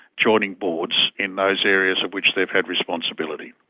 joining boards in those areas of which they've had responsibility.